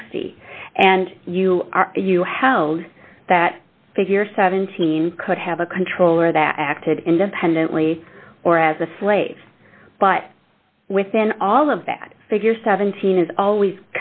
sixty and you are you held that figure seventeen could have a controller that acted independently or as a slave but within all of that figure seventeen is always